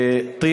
כל